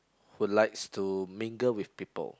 who likes to mingle with people